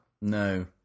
No